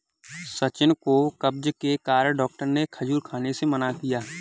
सचिन को कब्ज के कारण डॉक्टर ने खजूर खाने से मना किया